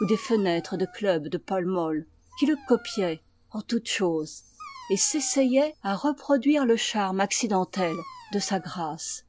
ou des fenêtres de clubs de pall mail qui le copiaient en toutes choses et s'essayaient à reproduire le charme accidentel de sa grâce